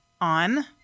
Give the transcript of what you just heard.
on